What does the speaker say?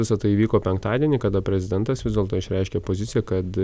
visa tai įvyko penktadienį kada prezidentas vis dėlto išreiškė poziciją kad